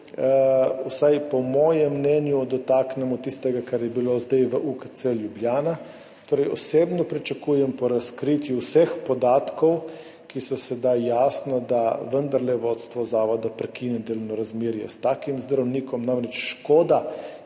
vsaj po mojem mnenju, dotaknemo tistega, kar je bilo zdaj v UKC Ljubljana. Osebno pričakujem po razkritju vseh podatkov, ki so sedaj, jasno, da vendarle vodstvo zavoda prekine delovno razmerje s takim zdravnikom. Namreč, škoda,